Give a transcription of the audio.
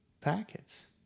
packets